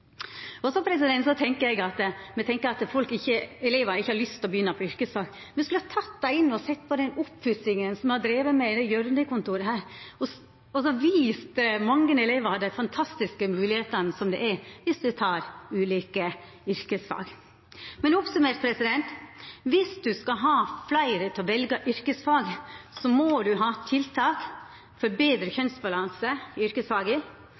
Så tenkjer eg at når me trur at elevar ikkje har lyst til å begynna på yrkesfag, skulle me ha teke dei med hit, slik at dei hadde fått sett på den oppussinga som ein har drive med på hjørnekontoret her, og vist dei alle dei fantastiske moglegheitene som er der dersom ein tek ulike yrkesfag. Men oppsummert: Dersom ein skal få fleire til å velja yrkesfag, må ein ha tiltak for ein betre kjønnsbalanse i yrkesfaga,